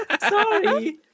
Sorry